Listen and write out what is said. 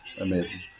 Amazing